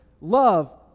love